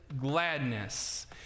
gladness